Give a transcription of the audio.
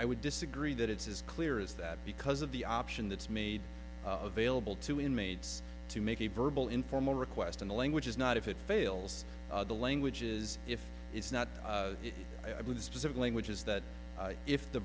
i would disagree that it is clear is that because of the option that's made available to inmates to make a verbal informal request in the language is not if it fails the languages if it's not if i do the specific language is that if the